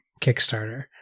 Kickstarter